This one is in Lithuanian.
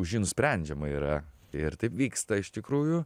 už jį nusprendžiama yra ir taip vyksta iš tikrųjų